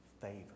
favor